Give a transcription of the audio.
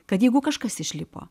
kad jeigu kažkas išlipo